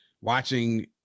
watching